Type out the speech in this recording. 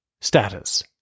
Status